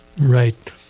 right